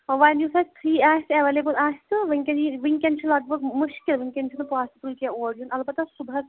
وۄنۍ یُس اَتہِ فِرٛی آسہِ اٮ۪ویلیبٕل آسہِ تہٕ وٕنۍکٮ۪ن یی وٕنۍکٮ۪ن چھِ لَگ بَگ مُشکِل وٕنۍکٮ۪ن چھُنہٕ پاسِبٕل کیٚنٛہہ اور یُن اَلبتہ صُبحَس